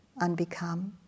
unbecome